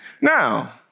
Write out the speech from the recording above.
Now